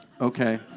Okay